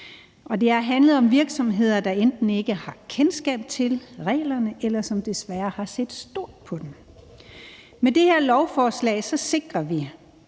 Det har handlet om virksomheder, der enten ikke har kendskab til reglerne, eller som desværre har set stort på dem. Med det her lovforslag sikrer vi,